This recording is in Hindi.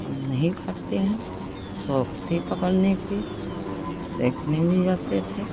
हम नहीं खाते हैं शौक थी पकड़ने की देखने भी जाते थे